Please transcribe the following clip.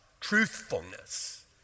truthfulness